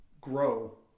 grow